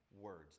words